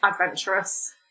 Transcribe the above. adventurous